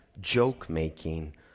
joke-making